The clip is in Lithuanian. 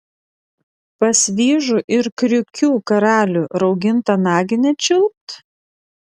pas vyžų ir kriukių karalių raugintą naginę čiulpt